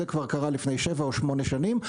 זה קרה כבר לפני שבע או שמונה שנים.